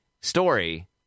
story